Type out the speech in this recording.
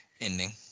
ending